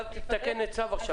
אבל את מתקנת צו.